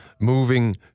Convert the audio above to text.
moving